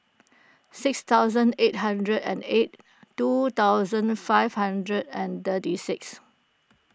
six thousand eight hundred and eight two thousand five hundred and thirty six